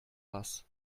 was